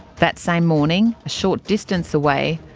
that same morning, a short distance away,